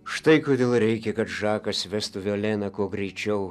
štai kodėl reikia kad žakas vestų violeną kuo greičiau